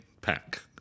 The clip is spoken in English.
pack